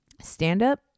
stand-up